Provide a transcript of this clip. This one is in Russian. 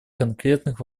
конкретных